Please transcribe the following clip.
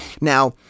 Now